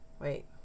wait